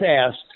asked